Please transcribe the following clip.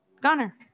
goner